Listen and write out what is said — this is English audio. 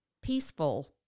peaceful